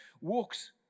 walks